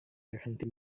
berhenti